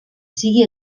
sigui